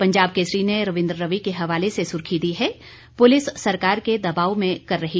पंजाब केसरी ने रविंद्र रवि के हवाले से सुर्खी दी है पुलिस सरकार के दबाव में काम कर रही